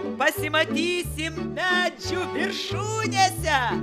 pasimatysim medžių viršūnėse